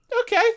Okay